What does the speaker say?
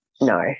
No